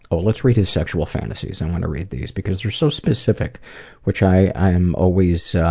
oh let's read his sexual fantasies. i want to read these because they're so specific which i am always.